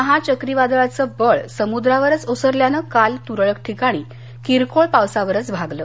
माहा चक्रीवादळाचं बळ समुद्रावरच ओसरल्यानं काल तुरळक ठिकाणी किरकोळ पावसावरच भागलं